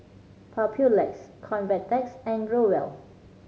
Papulex Convatec and Growell